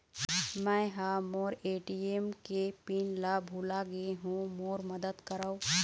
मै ह मोर ए.टी.एम के पिन ला भुला गे हों मोर मदद करौ